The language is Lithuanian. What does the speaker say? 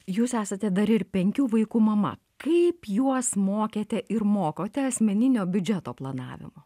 jūs esate dar ir penkių vaikų mama kaip juos mokėte ir mokote asmeninio biudžeto planavimo